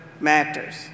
matters